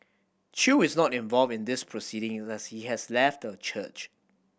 chew is not involved in these proceedings as he has left the church